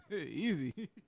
easy